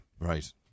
Right